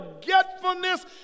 forgetfulness